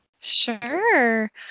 Sure